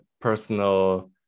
personal